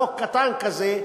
חוק קטן כזה,